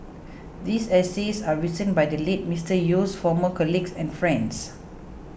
these essays are written by the late Mister Yew's former colleagues and friends